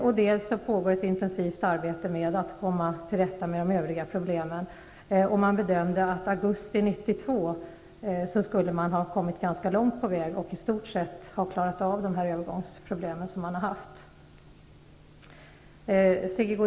Vidare pågår ett intensivt arbete med att komma till rätta med de övriga problemen. Man bedömde att man i augusti 1992 skulle ha kommit ganska långt och i stort sett klarat av övergångsproblemen.